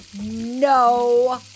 No